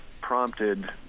prompted